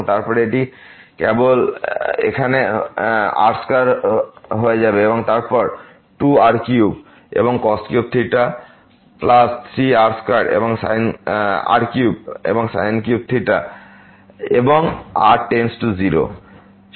এবং তারপর এটি কেবল এখানে হয়ে যাবে r2 আসবে এবং তারপর 2 r3 এবং cos3 3r3 এবং sin3 এবং সীমা r → 0